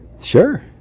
Sure